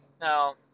Now